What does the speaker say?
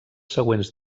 següents